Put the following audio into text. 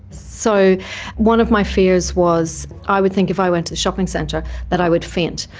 so one of my fears was i would think if i went to a shopping centre that i would faint,